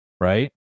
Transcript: right